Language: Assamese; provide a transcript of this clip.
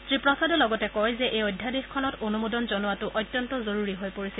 শ্ৰীপ্ৰসাদে লগতে কয় যে এই অধ্যাদেশখনত অনুমোদন জনোৱাটো অত্যন্ত জৰুৰী হৈ পৰিছিল